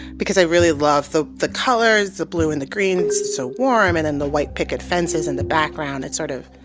because i really love the the colors, the blue and the green is so warm, and then the white picket fence is in the background. it sort of